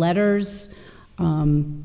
letters